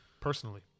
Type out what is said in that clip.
personally